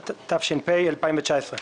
בבקשה.